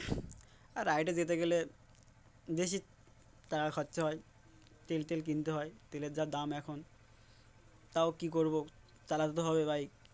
আর রাইডে যেতে গেলে বেশি টাকা খরচা হয় তেল তেল কিনতে হয় তেলের যা দাম এখন তাও কী করবো চালাতে হবে বাইক